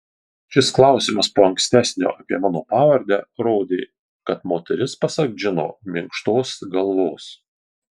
šis klausimas po ankstesnio apie mano pavardę rodė kad moteris pasak džino minkštos galvos